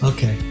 Okay